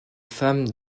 femmes